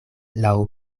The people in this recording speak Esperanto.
laŭ